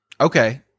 Okay